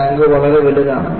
tank വളരെ വലുതാണ്